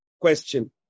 question